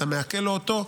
אתה מעקל לו אותו,